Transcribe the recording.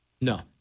No